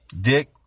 Dick